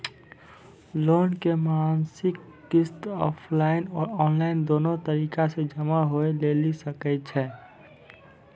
Loan के मासिक किस्त ऑफलाइन और ऑनलाइन दोनो तरीका से जमा होय लेली सकै छै?